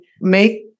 make